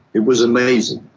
it was amazing.